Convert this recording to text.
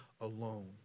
alone